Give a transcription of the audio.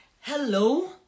Hello